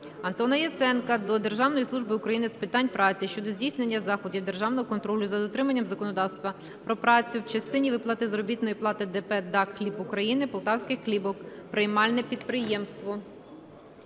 Антона Яценка до Державної служби України з питань праці щодо здійснення заходів державного контролю за дотриманням законодавства про працю в частині виплати заробітної плати ДП ДАК "Хліб України" "Потаське хлібоприймальне підприємство".